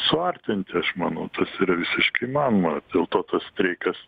suartinti aš manau tas yra visiškai įmanoma dėl to tas streikas